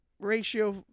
ratio